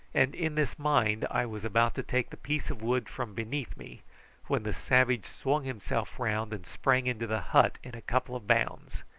and in this mind i was about to take the piece of wood from beneath me when the savage swung himself round and sprang into the hut in a couple of bounds.